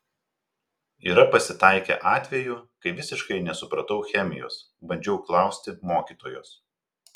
yra pasitaikę atvejų kai visiškai nesupratau chemijos bandžiau klausti mokytojos